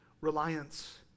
reliance